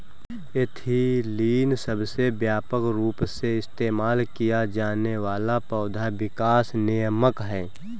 ethylene सबसे व्यापक रूप से इस्तेमाल किया जाने वाला पौधा विकास नियामक है